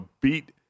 beat